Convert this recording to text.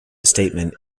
statement